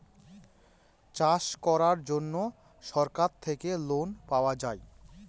চাষ করার জন্য সরকার থেকে লোন পাওয়া যায়